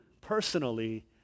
personally